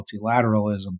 multilateralism